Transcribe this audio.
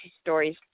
stories